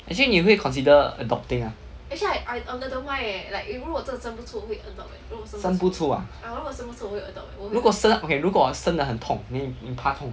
actually 你会 consider adopting mah 生不出 ah 如果生 okay 如果生的很痛你怕痛